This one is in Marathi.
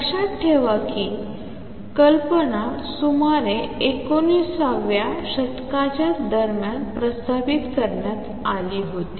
लक्षात ठेवा की ही कल्पना सुमारे एकोणिसाव्या दशकाच्या मध्यभागी प्रस्तावित करण्यात आली होती